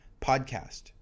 podcast